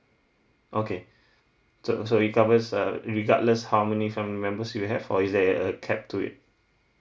okay so so it covers uh regardless how many family members you have or is there a a cap to it